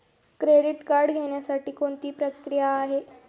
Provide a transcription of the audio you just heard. Credit card घेण्यासाठी कोणती प्रक्रिया आहे?